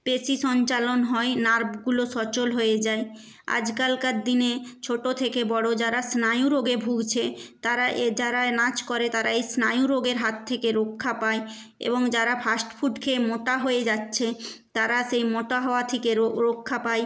পেশি সঞ্চালন হয় নার্ভগুলি সচল হয়ে যায় আজকালকার দিনে ছোট থেকে বড় যারা স্নায়ু রোগে ভুগছে তারা এ যারা নাচ করে তারা এই স্নায়ু রোগের হাত থেকে রক্ষা পায় এবং যারা ফাস্ট ফুড খেয়ে মোটা হয়ে যাচ্ছে তারা সেই মোটা হওয়া থেকে রক্ষা পায়